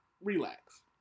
relax